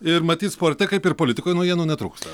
ir matyt sporte kaip ir politikoj naujienų netrūksta